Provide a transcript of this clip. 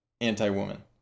anti-woman